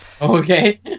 Okay